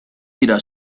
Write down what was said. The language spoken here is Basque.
dira